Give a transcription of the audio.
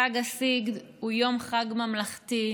חג הסיגד הוא יום חג ממלכתי,